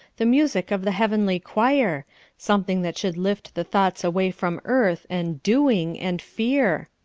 the music of the heavenly choir something that should lift the thoughts away from earth and doing and fear?